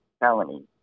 felony